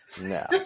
No